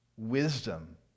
wisdom